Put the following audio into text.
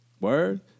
Word